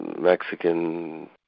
Mexican